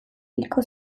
hilko